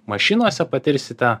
mašinose patirsite